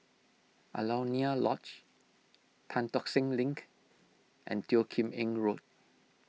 Alaunia Lodge Tan Tock Seng Link and Teo Kim Eng Road